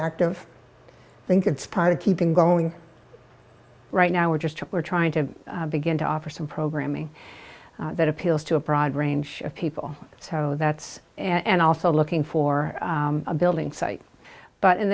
active think it's part of keeping going right now we're just we're trying to begin to offer some programming that appeals to a broad range of people so that's and also looking for a building site but in